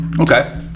Okay